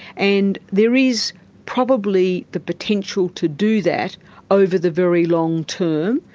and there is probably the potential to do that over the very long term,